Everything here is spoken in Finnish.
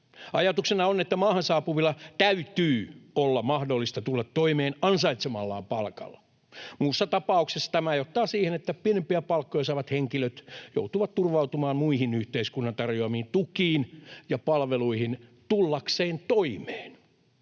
Ajatuksena on, että maahan saapuvilla täytyy olla mahdollisuus tulla toimeen ansaitsemallaan palkalla. Muussa tapauksessa tämä johtaa siihen, että pienempiä palkkoja saavat henkilöt joutuvat turvautumaan muihin yhteiskunnan tarjoamiin tukiin ja palveluihin tullakseen toimeen.